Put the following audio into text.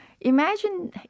imagine